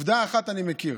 עובדה אחת אני מכיר: